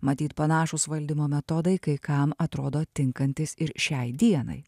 matyt panašūs valdymo metodai kai kam atrodo tinkantys ir šiai dienai